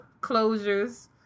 closures